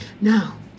Now